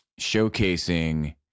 Showcasing